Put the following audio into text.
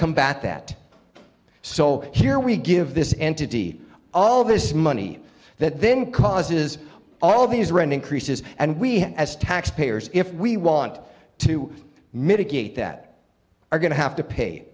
combat that so here we give this entity all this money that then causes all of these rent increases and we as taxpayers if we want to mitigate that are going to have to